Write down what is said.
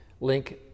link